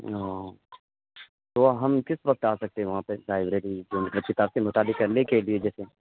ہاں تو ہم کس وقت آ سکتے ہیں وہاں پہ لائیبریری کتاب کے متعلق لے کے بھی جیسے